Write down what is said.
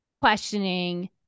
questioning